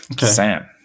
Sam